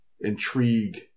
intrigue